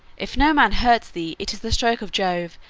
if no man hurts thee it is the stroke of jove,